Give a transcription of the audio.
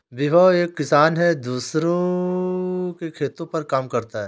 विभव एक किसान है जो दूसरों के खेतो पर काम करता है